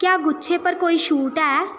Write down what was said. क्या गुच्छें पर कोई छूट ऐ